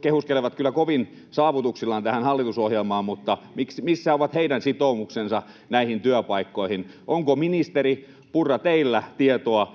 kehuskelevat kyllä kovin saavutuksillaan tähän hallitusohjelmaan, mutta missä ovat heidän sitoumuksensa näihin työpaikkoihin? Onko, ministeri Purra, teillä tietoa,